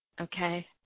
Okay